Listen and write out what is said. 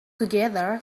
together